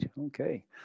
Okay